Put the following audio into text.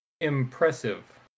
impressive